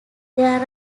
there